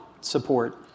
support